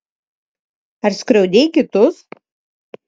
ar skriaudei kitus